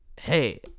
Hey